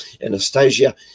Anastasia